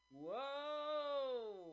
Whoa